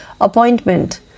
Appointment